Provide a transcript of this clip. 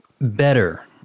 Better